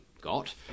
got